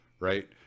right